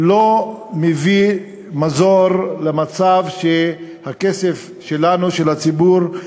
לא מביאים מזור למצב שהכסף שלנו, של הציבור,